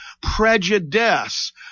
prejudice